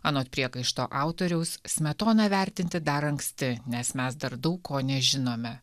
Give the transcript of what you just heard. anot priekaišto autoriaus smetoną vertinti dar anksti nes mes dar daug ko nežinome